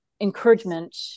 encouragement